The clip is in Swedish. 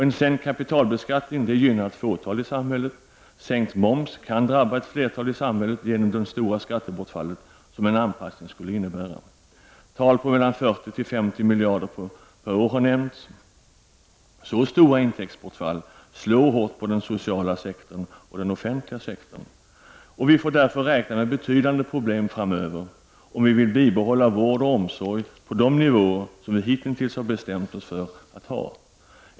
En sänkt kapitalbeskattning gynnar ett fåtal i samhället. Sänkt moms drabbar ett flertal i samhället genom det stora skattebortfallet som en anpassning skulle innebära. Tal på mellan 40 och 50 miljarder per år har nämnts. Så stora intäktsbortfall slår hårt på den sociala sektorn och den offentliga sektorn. Vi får därför räkna med betydande problem framöver, om vi vill bibehålla vård och omsorg på de nivåer som vi hitintills har bestämt oss för att ha.